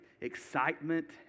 Excitement